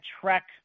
Trek